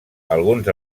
alguns